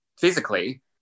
physically